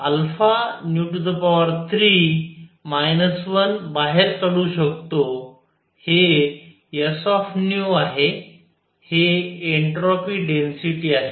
हे sआहे हे एंट्रोपी डेन्सिटी आहे